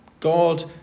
God